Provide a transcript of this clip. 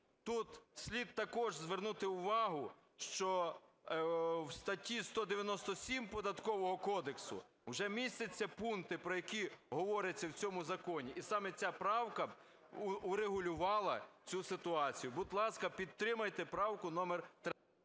Тут слід також звернути увагу, що в статті 197 Податкового кодексу вже містяться пункти, про які говориться в цьому законі і саме ця правка б урегулювала цю ситуацію. Будь ласка, підтримайте правку номер…